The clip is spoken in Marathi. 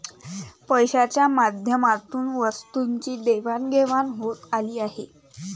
पैशाच्या माध्यमातून वस्तूंची देवाणघेवाण होत आली आहे